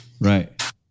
Right